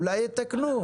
אולי יתקנו.